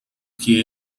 que